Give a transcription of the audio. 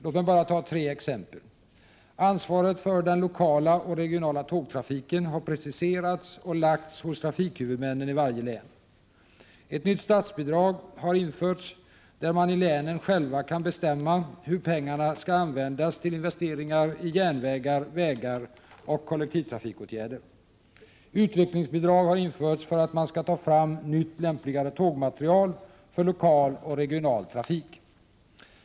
Låt mig bara ta tre exempel: —- Ansvaret för den lokala och regionala tågtrafiken har preciserats och lagts hos trafikhuvudmännen i varje län. —- Ett nytt statsbidrag har införts som innebär att man i länen själv bestämmer hur pengarna skall användas till investeringar i järnvägar, vägar och kollektivtrafikåtgärder. —- Utvecklingsbidrag har införts för att man skall ta fram nytt lämpligare tågmaterial för lokal och regional trafik.